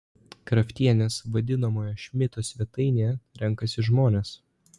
kraftienės vadinamoje šmito svetainėje renkasi žmonės